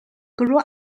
grew